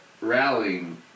rallying